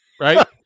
right